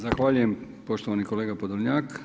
Zahvaljujem poštovani kolega Podolnjak.